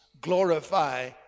glorify